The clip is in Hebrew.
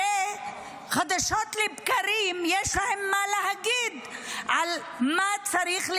הרי חדשות לבקרים יש להם מה להגיד על מה צריך,